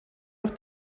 los